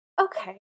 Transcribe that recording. Okay